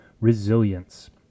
resilience